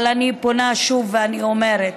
אבל אני פונה שוב ואני אומרת: